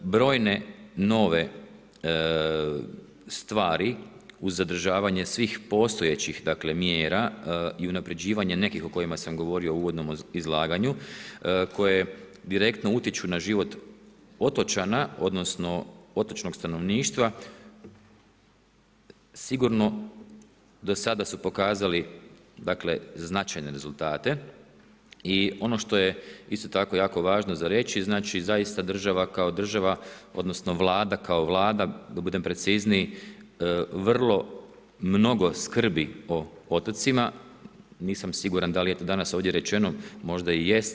Brojne nove stvari uz zadržavanje svih postojećih mjera i unaprjeđivanja nekih o kojima sam govorio u uvodnom izlaganju koje direktno utječu na život otočana, odnosno otočnog stanovništva, sigurno do sada su pokazali dakle značajne rezultate i ono što je isto tako jako važno za reći, zaista država kao država, odnosno vlada kao vlada da budem precizniji vrlo mnogo skrbi o otocima, nisam siguran da li je to danas ovdje rečeno, možda i jest.